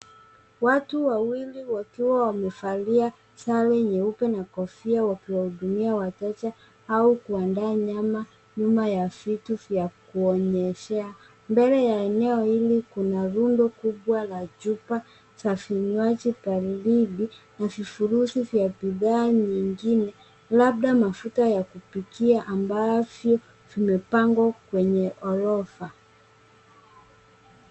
Watu wawili wakuwa wamevalia sare nyeupe na kofia wakiwahudumia wateja au kuadaa nyama nyuma ya vitu vya kuonyeshea .Mbele ya eneo hili kuna rundo kumbwa la chupa za vinyuaji baridi na vifurushi vya bidhaa nyingine labda mafuta ya kupikia ambavyo vimepagwa kwenye orofa.